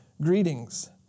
Greetings